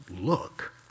look